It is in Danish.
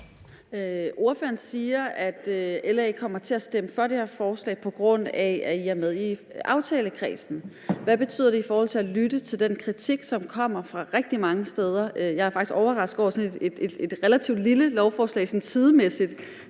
Ordføreren siger, at LA kommer til at stemme for det her forslag, på grund af at I er med i aftalekredsen. Hvad betyder det i forhold til at lytte til den kritik, som kommer fra rigtig mange steder? Jeg er faktisk overrasket over, at et sådan sidemæssigt